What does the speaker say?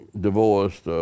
divorced